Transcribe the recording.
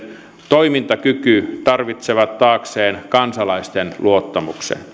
toimintakyky tarvitsee taakseen kansalaisten luottamuksen